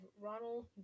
Ronald